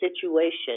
situation